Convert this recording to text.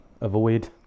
avoid